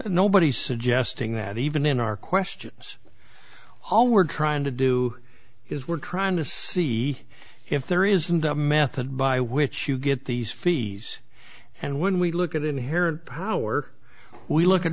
nobody's suggesting that even in our questions all we're trying to do is we're trying to see if there isn't a method by which you get these fees and when we look at inherent power we look at